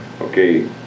Okay